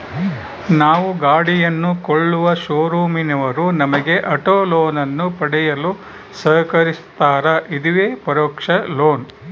ನಾವು ಗಾಡಿಯನ್ನು ಕೊಳ್ಳುವ ಶೋರೂಮಿನವರು ನಮಗೆ ಆಟೋ ಲೋನನ್ನು ಪಡೆಯಲು ಸಹಕರಿಸ್ತಾರ, ಇದುವೇ ಪರೋಕ್ಷ ಲೋನ್